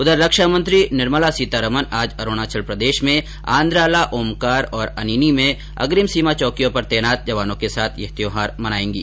उधर रक्षामंत्री निर्मला सीतारामन आज अरूणाचल प्रदेश में आंद्रा ला ओमकार और अनिनी में अग्रिम सीमा चौकियों पर तैनात जवानों के साथ यह त्योहार मनाएंगी